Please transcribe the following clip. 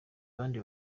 abandi